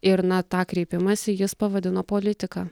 ir na tą kreipimąsi jis pavadino politika